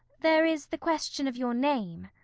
there is the question of your name.